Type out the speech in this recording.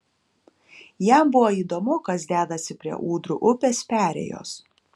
jam buvo įdomu kas dedasi prie ūdrų upės perėjos